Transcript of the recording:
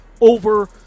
over